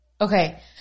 Okay